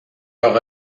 اقا